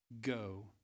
go